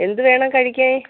എന്ത് വേണം കഴിക്കാൻ